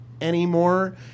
anymore